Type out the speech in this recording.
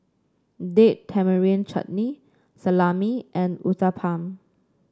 Date Tamarind Chutney Salami and Uthapam